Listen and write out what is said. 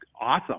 awesome